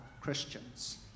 Christians